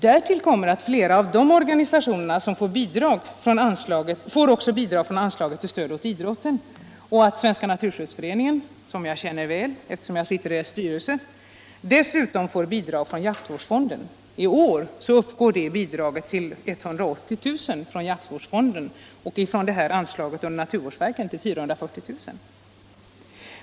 Därtill kommer att flera av de ideella naturvårdsorganisationerna får bidrag från anslaget till stöd åt idrotten och att Svenska naturskyddsföreningen, som jag känner väl till eftersom jag sitter i dess styrelse, dessutom får bidrag från jaktvårdsfonden. Det bidraget uppgår f. ö. i år till 180 000 kr. Anslaget från naturvårdsverket uppgår till 440 000 kr.